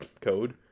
code